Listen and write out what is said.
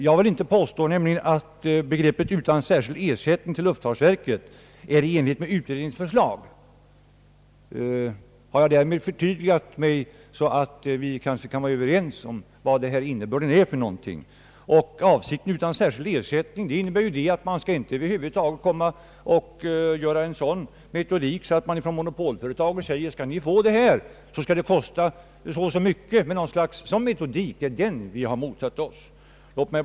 Jag vill inte påstå att begreppet »utan särskild ersättning till luftfartsverket» är i enlighet med utredningens förslag. Har jag därmed förtydligat mig, så att vi kan vara överens om innebörden av vår skrivning? Uttrycket »utan särskild ersättning» avser att förhindra en sådan metodik att man från monopolföretagets sida säger: »Om ni skall få överlåtelse, så kostar det så och så mycket!» Det är den metodiken vi har motsatt oss.